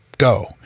go